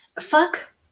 fuck